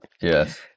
Yes